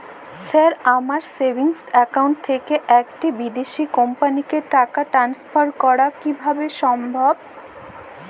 Sir আমার savings account থেকে একটি বিদেশি কোম্পানিকে টাকা ট্রান্সফার করা কীভাবে সম্ভব?